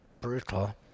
brutal